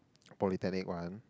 polytechnic one